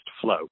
flow